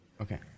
Okay